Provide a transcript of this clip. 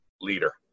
leader